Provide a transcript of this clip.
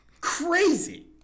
crazy